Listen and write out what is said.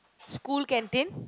school canteen